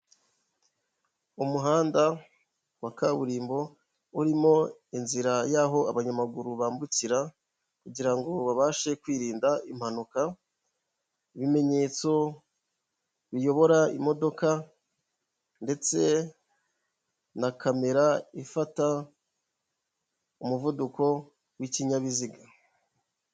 Umuhanda wa kaburimbo urimo inzira y'aho abanyamaguru bambukira kugirango babashe kwirinda impanuka, ibimenyetso biyobora imodoka ndetse na kamera ifata umuvuduko w'ikinyabiziga.